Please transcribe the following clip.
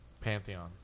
Pantheon